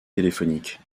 téléphoniques